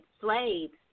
slaves